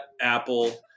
Apple